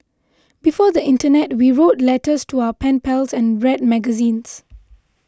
before the internet we wrote letters to our pen pals and read magazines